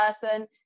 person